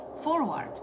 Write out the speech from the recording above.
forward